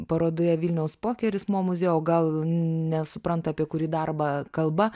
parodoje vilniaus pokeris mo muziejuj o gal nesupranta apie kurį darbą kalba